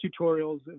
tutorials